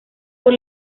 por